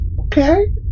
Okay